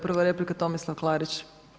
Prva replika Tomislav Klarić: